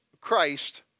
Christ